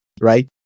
right